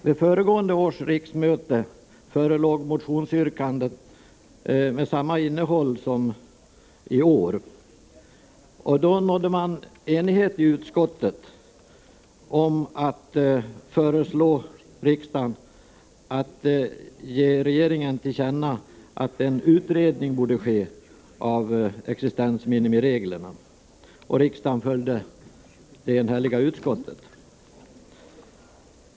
Vid föregående års riksmöte förelåg motionsyrkanden med samma innehåll som årets yrkanden. Då nådde man enighet i utskottet om att föreslå riksdagen att ge regeringen till känna att en utredning borde ske när det gäller existensminimireglerna. Riksdagen följde det enhälliga utskottet.